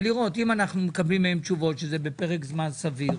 ולראות אם אנחנו מקבלים מהם תשובות שזה בפרק זמן סביר,